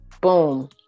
Boom